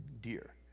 deer